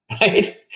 right